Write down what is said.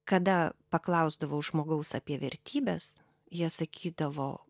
kada paklausdavau žmogaus apie vertybes jie sakydavo